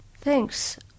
Thanks